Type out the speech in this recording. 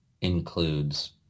includes